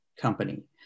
company